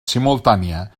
simultània